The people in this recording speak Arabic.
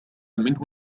منه